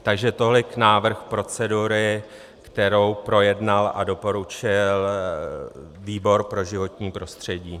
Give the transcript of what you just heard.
Takže tolik návrh procedury, kterou projednal a doporučil výbor pro životní prostředí.